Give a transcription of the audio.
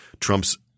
Trump's